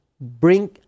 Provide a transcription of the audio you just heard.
bring